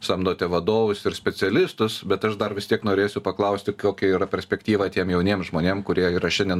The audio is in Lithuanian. samdote vadovus ir specialistus bet aš dar vis tiek norėsiu paklausti kokia yra perspektyva tiem jauniem žmonėms kurie yra šiandien